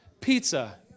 pizza